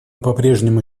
попрежнему